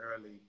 early